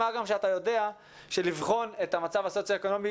מה גם שאתה יודע שלבחון את המצב הסוציואקונומי,